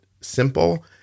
simple